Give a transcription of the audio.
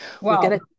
Wow